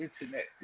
internet